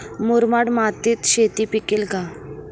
मुरमाड मातीत शेती पिकेल का?